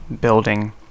building